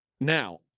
Now